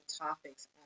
topics